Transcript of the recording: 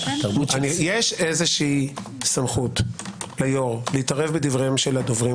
יש סמכות ליו"ר להתערב בדברי הדוברים